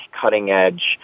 cutting-edge